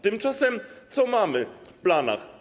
Tymczasem co mamy w planach?